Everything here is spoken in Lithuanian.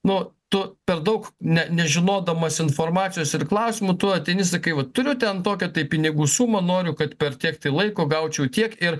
nu tu per daug ne nežinodamas informacijos ir klausimų tu ateini sakai vat turiu ten tokią pinigų sumą noriu kad per tiek tai laiko gaučiau tiek ir